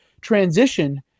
transition